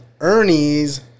Ernie's